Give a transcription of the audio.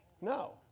no